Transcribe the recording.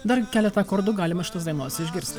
dar keletą akordų galima šitos dainos išgirsti